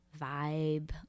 Vibe